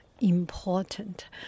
important